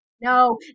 No